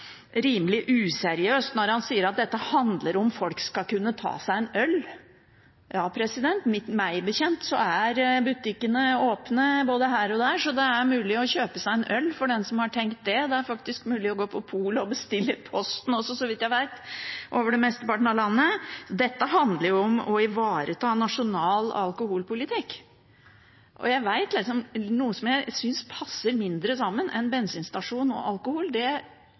rimelig useriøst når han sier at dette handler om at folk skal kunne ta seg en øl. Meg bekjent er butikkene åpne både her og der, så det er mulig å kjøpe seg en øl for den som har tenkt det. Det er faktisk mulig å gå på polet og bestille i posten også, så vidt jeg vet, over mesteparten av landet. Dette handler om å ivareta nasjonal alkoholpolitikk, og jeg vet ikke om noe som jeg syns passer mindre sammen enn bensinstasjon og alkohol – det